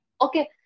Okay